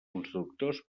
constructors